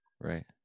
Right